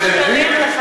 בתל-אביב,